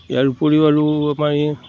ইয়াৰ উপৰিও আৰু আমাৰ ইয়াত